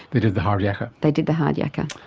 they did the hard yakka? they did the hard yakka.